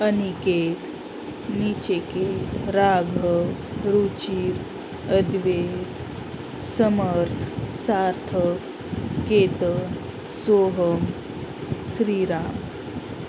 Aniket Nachiket Raghav Ruchir Advait Samarth Sarthak Ketan Soham Shriram